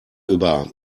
über